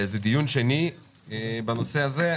זה דיון שני בנושא הזה.